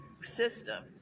system